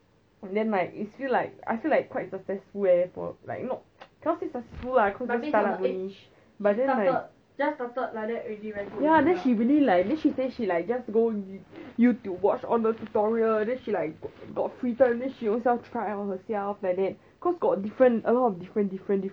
and then like it's feel like I feel like quite successful leh for like you know cannot say successful lah cause she just start up only but then like then she really like she say she like just go youtube watch all the tutorial then she like got free time then she ownself try on herself like that cause got different a lot of different different